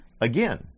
Again